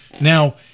Now